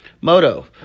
moto